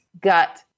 gut